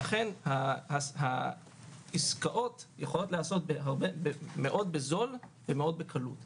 לכן העסקאות יכולות להיעשות בזול מאוד ובקלות רבה,